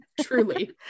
Truly